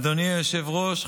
אדוני היושב-ראש,